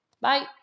bye